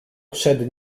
przed